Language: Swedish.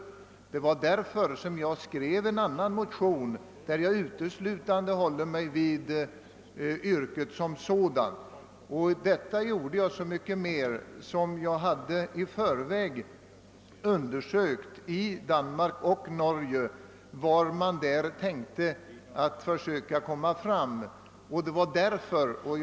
Det var därför som jag skrev en annan motion som uteslutande gällde möjligheterna till pensionering i yrket som sådant. Jag gjorde detta så mycket hellre som jag i förväg i Danmark och Norge undersökt hur man där ville lösa frågan.